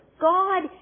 God